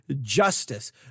justice